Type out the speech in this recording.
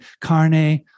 carne